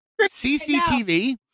CCTV